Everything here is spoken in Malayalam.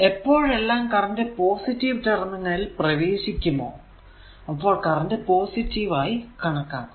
എപ്പോഴെല്ലാം കറന്റ് പോസിറ്റീവ് ടെർമിനൽ ൽ പ്രവേശിക്കുമോ അപ്പോൾ കറന്റ് പോസിറ്റീവ് ആയി കണക്കാക്കും